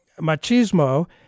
machismo